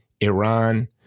Iran